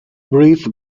brief